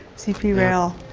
cp rail,